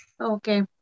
Okay